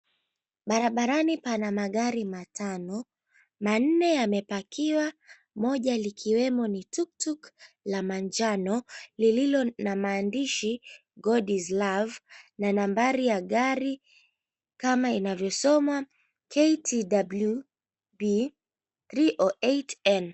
Barabarani pana magari matano, manne yamepakiwa, moja likiwemo ni tuktuk la manjano lililo na maandishi, God is Love, na nambari ya gari kama inavyosomwa KTWB 308N.